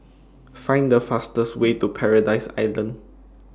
Find The fastest Way to Paradise Island